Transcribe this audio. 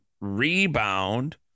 rebound